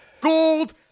gold